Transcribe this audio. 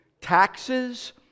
taxes